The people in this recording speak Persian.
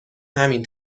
همین